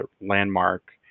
landmark